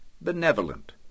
benevolent